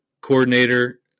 coordinator